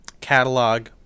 catalog